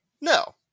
No